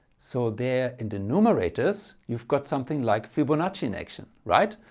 so there in the numerators you've got something like fibonacci in action right?